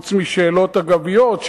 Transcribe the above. חוץ משאלות אגביות,